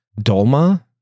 dolma